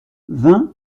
vingt